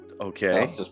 Okay